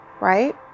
Right